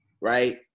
right